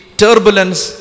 turbulence